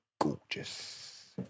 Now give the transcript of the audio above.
gorgeous